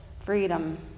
freedom